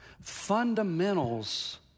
fundamentals